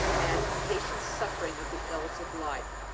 and the patient suffering of the ills of life.